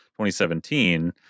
2017